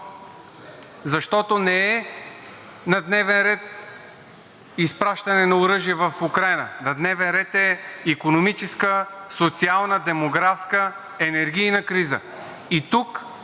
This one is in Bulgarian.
Защото не е на дневен ред изпращане на оръжие в Украйна, на дневен ред е икономическата, социалната, демографската и енергийната криза. И тук